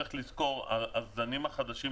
צריך לזכור שהזנים החדשים,